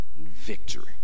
victory